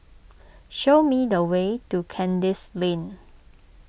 show me the way to Kandis Lane